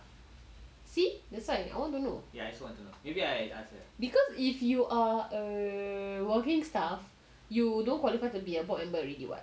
see that's why I want to know because if you are a working staff you don't qualify to be a board member already [what]